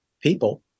people